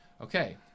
okay